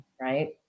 Right